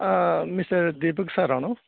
mister Deepak സാറാണോ